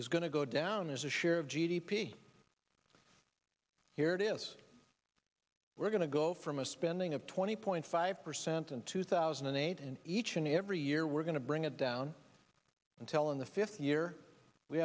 is going to go down as a share of g d p here it is we're going to go from a spending of twenty point five percent in two thousand and eight and each and every year we're going to bring it down until in the fifth year we